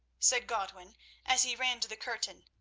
said godwin as he ran to the curtain.